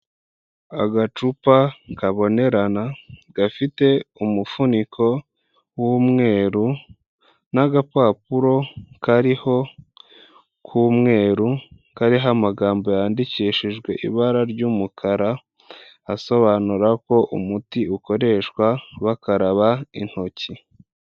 Agacupa kabonerana gafite umufuniko w'umweru n'agapapuro kariho k'umweru, kariho amagambo yandikishijwe ibara ry'umukara asobanura ko umuti ukoreshwa bakaraba intoki.